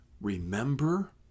remember